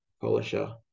polisher